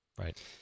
Right